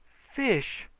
fish!